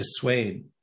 dissuade